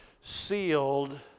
sealed